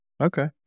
Okay